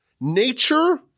nature